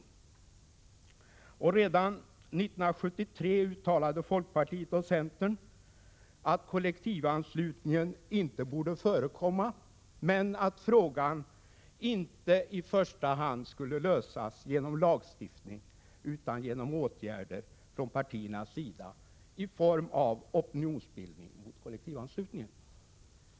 Redan 1973 uttalade folkpartiet och centern att kollektivanslutning inte borde förekomma men att frågan inte i första hand skulle lösas genom lagstiftning utan genom åtgärder från partiernas sida i form av opinionsbildning mot kollektivanslutningen.